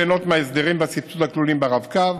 ליהנות מההסדרים והסבסוד הכלולים ברב-קו,